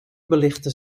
belichten